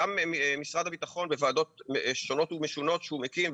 גם משרד הבטחון בוועדות שונות ומשונות שהוא מקים,